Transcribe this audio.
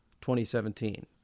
2017